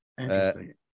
Interesting